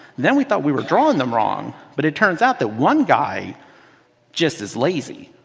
then we thought we were drawing them wrong. but it turns out that one guy just is lazy.